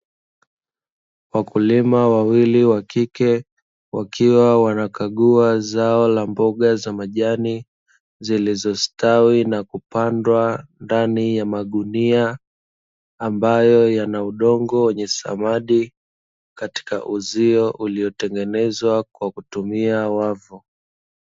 Wakulima wawili wakike wakiwa wanakagua zao la mboga za majani zilizostawi na kupandwa ndani ya magunia, ambayo yanaudongo wenye samadi katika uzio uliotengenezwa kwa kutumia wavu.